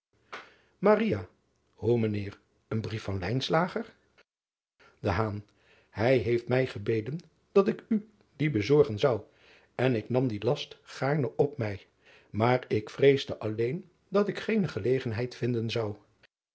oe mijn eer een brief van ij heeft mij gebeden dat ik u dien bezorgen zou en ik nam dien last gaarne op mij maar ik vreesde alleen dat ik geene gelegenheid vinden zou